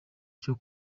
icyo